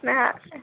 میں